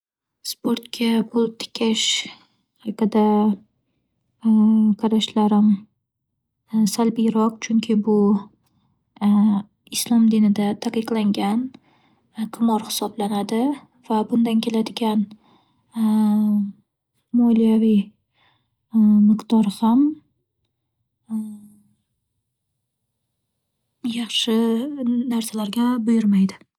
Sportga pul tikish haqida qarashlarim salbiyroq, chunki bu islom dinida ta'qiqlangan qimor hisoblanadi va bundan keladigan moliyaviy miqdor ham yaxshi narsalarga buyurmaydi.